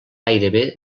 gairebé